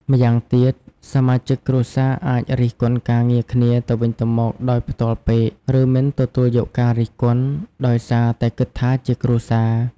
ម្យ៉ាងទៀត សមាជិកគ្រួសារអាចរិះគន់ការងារគ្នាទៅវិញទៅមកដោយផ្ទាល់ពេក ឬមិនទទួលយកការរិះគន់ ដោយសារតែគិតថាជាគ្រួសារ។